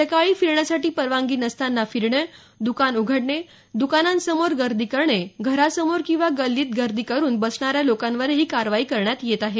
सकाळी फिरण्यासाठी परवानगी नसताना फिरणे दुकान उघडणे दुकानांसमोर गर्दी करणे घरासमोर किंवा गल्लीत गर्दी करून बसणाऱ्या लोकांवरही कारवाई करण्यात येत आहे